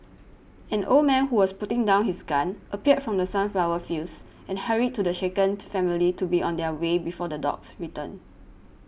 an old man who was putting down his gun appeared from the sunflower fields and hurried to the shaken family to be on their way before the dogs return